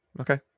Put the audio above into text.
Okay